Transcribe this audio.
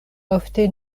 ofte